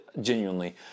Genuinely